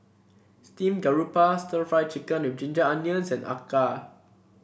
Steamed Garoupa stir Fry Chicken with Ginger Onions and acar